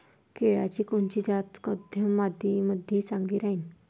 केळाची कोनची जात मध्यम मातीमंदी चांगली राहिन?